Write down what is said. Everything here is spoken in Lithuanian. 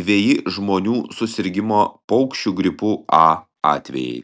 dveji žmonių susirgimo paukščiu gripu a atvejai